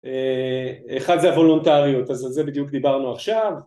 אחד זה הוולונטריות, אז על זה בדיוק דיברנו עכשיו